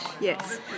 Yes